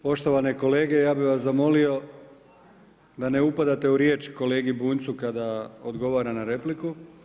Poštovane kolega ja bih vas zamolio da ne upadate u riječ kolegi Bunjcu kada odgovara na repliku.